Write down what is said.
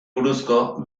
buruzko